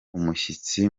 umushyitsi